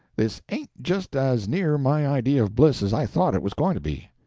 this ain't just as near my idea of bliss as i thought it was going to be,